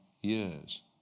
years